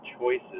choices